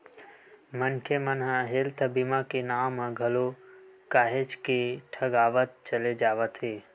मनखे मन ह हेल्थ बीमा के नांव म घलो काहेच के ठगावत चले जावत हे